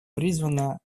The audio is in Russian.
призвана